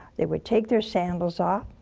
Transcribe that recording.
they would take their sandals ah